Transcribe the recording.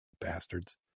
Bastards